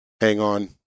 hang-on